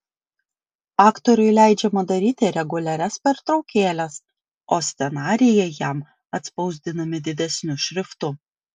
aktoriui leidžiama daryti reguliarias pertraukėles o scenarijai jam atspausdinami didesniu šriftu